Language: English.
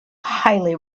highly